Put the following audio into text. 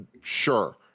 sure